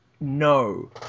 no